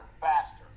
faster